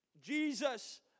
Jesus